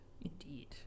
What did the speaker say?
Indeed